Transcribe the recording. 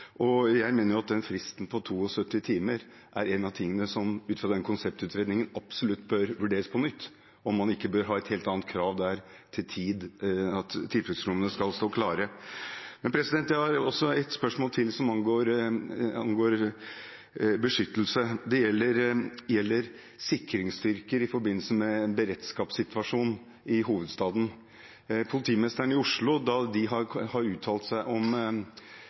seg. Jeg mener at fristen på 72 timer er en av de tingene som ut fra den konseptutredningen absolutt bør vurderes på nytt, om man ikke bør ha et helt annet krav til når tilfluktsrommene skal stå klare. Jeg har også et spørsmål til som angår beskyttelse. Det gjelder sikringsstyrker i forbindelse med beredskapssituasjonen i hovedstaden. Politimesteren i Oslo har, når de har uttalt seg om